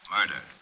Murder